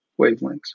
wavelengths